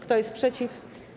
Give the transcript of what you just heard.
Kto jest przeciw?